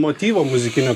motyvo muzikinio